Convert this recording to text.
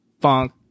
funk